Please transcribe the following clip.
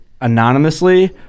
anonymously